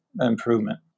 improvement